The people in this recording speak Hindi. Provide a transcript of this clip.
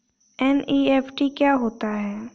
एन.ई.एफ.टी क्या होता है?